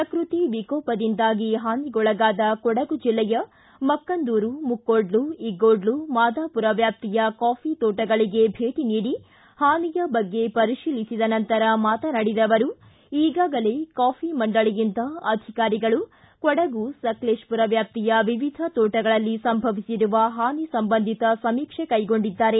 ಪ್ರಕೃತ್ತಿ ವಿಕೋಪದಿಂದಾಗಿ ಪಾನಿಗೊಳಗಾದ ಕೊಡಗು ಜಿಲ್ಲೆಯ ಮಕ್ಕಂದೂರು ಮುಕ್ಕೋಡ್ಲು ಇಗ್ಗೋಡ್ಲು ಮಾದಾಪುರ ವ್ಯಾಪ್ತಿಯ ಕಾಫಿ ತೋಟಗಳಿಗೆ ಭೇಟಿ ನೀಡಿ ಹಾನಿಯ ಬಗ್ಗೆ ಪರಿಶೀಲಿಸಿದ ನಂತರ ಮಾತನಾಡಿದ ಅವರು ಈಗಾಗಲೇ ಕಾಫಿ ಮಂಡಳಿಯಿಂದ ಅಧಿಕಾರಿಗಳು ಕೊಡಗು ಸಕಲೇಶಪುರ ವ್ಯಾಪ್ತಿಯ ವಿವಿಧ ಕೋಟಗಳಲ್ಲಿ ಸಂಭವಿಸಿರುವ ಪಾನಿ ಸಂಬಂಧಿತ ಸಮೀಕ್ಷೆ ಕೈಗೊಂಡಿದ್ದಾರೆ